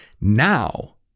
now